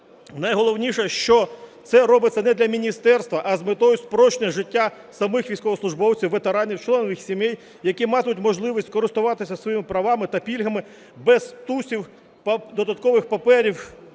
Найголовніше, що це робиться не для міністерства, а з метою спрощення життя самих військовослужбовців, ветеранів, членів їх сімей, які матимуть можливість користуватися своїми правами та пільгами без стусів додаткових паперів,